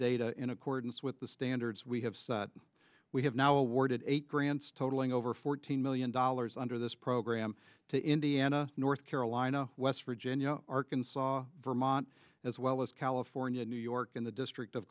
data in accordance with the standards we have we have now awarded eight grants totaling over fourteen million dollars under this program to indiana north carolina west virginia arkansas vermont as well as california new york and the district of